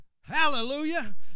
Hallelujah